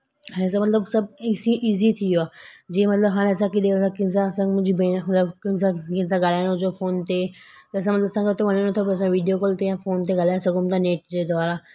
हाणे त मतिलबु सभु इसी इज़ी थी वियो आहे जीअं मतिलबु हाणे असां किथे वञा कंहिंसां संग मुंहिंजी भेणु मतलब सां जीअं असांखे ॻलहाइणो हुजे फोन ते त असां उन संग उते वञण ते बसि वीडियो कॉल ते या फोन ते ॻाल्हाए सघूं था नेट जे द्वारा